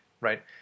right